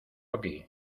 aquí